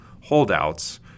holdouts